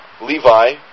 Levi